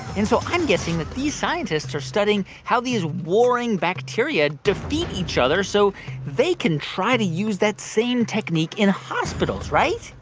and so i'm guessing that these scientists are studying how these warring bacteria defeat each other, so they can try to use that same technique in hospitals, right?